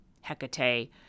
Hecate